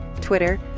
Twitter